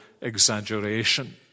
exaggeration